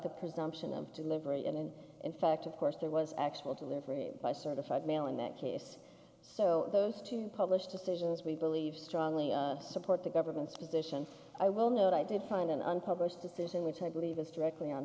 the presumption of delivery and in fact of course there was actual delivery by certified mail in that case so those two published decisions we believe strongly support the government's position i will note i did find an unpublished decision which i believe is directly on